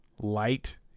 light